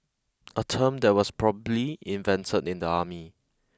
a term that was probably invented in the army